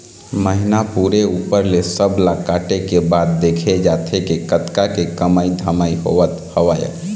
महिना पूरे ऊपर ले सब ला काटे के बाद देखे जाथे के कतका के कमई धमई होवत हवय